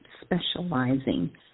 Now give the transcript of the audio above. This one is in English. specializing